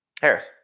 Harris